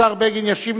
השר בגין ישיב.